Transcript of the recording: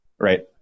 Right